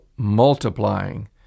multiplying